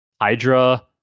hydra